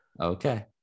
okay